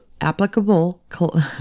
applicable